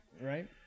Right